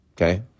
Okay